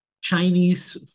Chinese